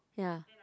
ya